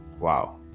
Wow